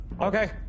Okay